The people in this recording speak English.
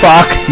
Fuck